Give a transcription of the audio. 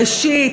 ראשית,